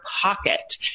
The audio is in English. pocket